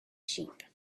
sheep